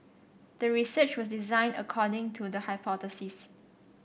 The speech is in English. the research was designed according to the hypothesis